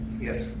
Yes